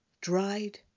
dried